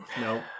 no